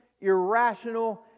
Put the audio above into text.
irrational